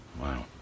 Wow